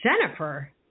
Jennifer